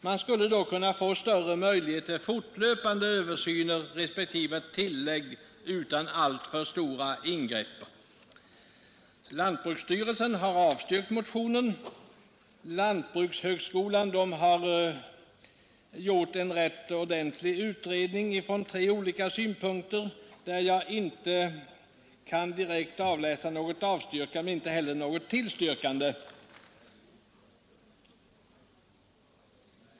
Man skulle då kunna få större möjlighet till fortlöpande översyner respektive tillägg utan alltför stora ingrepp.” Lantbruksstyrelsen har avstyrkt motionen. Lantbrukshögskolan har gjort en rätt ordentlig utredning ur tre olika synpunkter, där jag inte kan direkt avläsa något avstyrkande och inte heller något tillstyrkande.